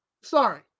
Sorry